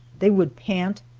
they would pant,